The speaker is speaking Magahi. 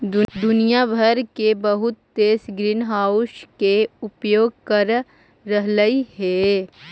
दुनिया भर के बहुत देश ग्रीनहाउस के उपयोग कर रहलई हे